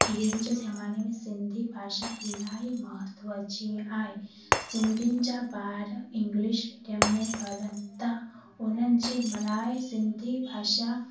हींअर जे ज़माने में सिंधी भाषा इलाही महत्व जी आहे सिंधियुनि जा ॿार इंगलिश मीडियम ते पढ़नि था उन्हनि जे लाइ सिंधी भाषा